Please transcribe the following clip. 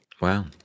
Wow